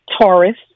Taurus